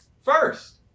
first